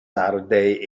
saturday